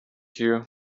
you